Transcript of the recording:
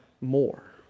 more